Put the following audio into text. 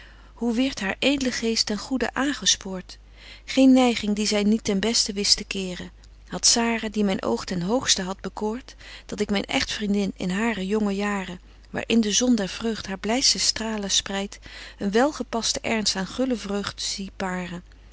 hoe wierdt haar edle geest ten goeden aangespoort geen neiging die zy niet ten besten wist te keren hadt sara die myn oog ten hoogsten hadt bekoort dat ik myn echtvriendin in hare jonge jaren waar in de zon der vreugd haar blydste stralen spreidt een wel gepasten ernst aan gullen vreugd zie paren